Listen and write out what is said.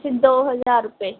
ਦੋ ਹਜ਼ਾਰ ਰੁਪਏ